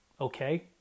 okay